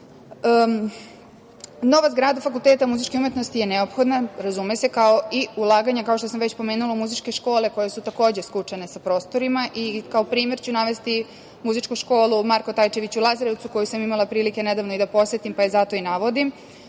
zgrada Fakulteta muzičke umetnosti je neophodna, razume se, kao i ulaganja, kao što sam već pomenula, u muzičke škole, koje su takođe skučene sa prostorima. Kao primer ću navesti muzičku školu „Marko Tajčević“ u Lazarevcu, koju sam imala prilike nedavno i da posetim, pa je zato i navodim.